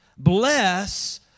Bless